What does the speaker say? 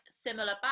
similar